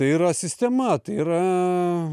tai yra sistema tai yra